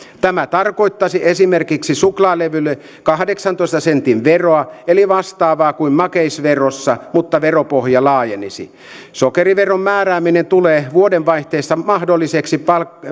tämä tarkoittaisi esimerkiksi suklaalevylle kahdeksantoista sentin veroa eli vastaavaa kuin makeisverossa mutta veropohja laajenisi sokeriveron määrääminen tulee vuodenvaihteessa mahdolliseksi